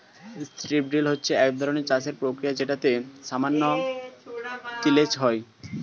strip drill হচ্ছে একধরনের চাষের প্রক্রিয়া যেটাতে সামান্য তিলেজ হয়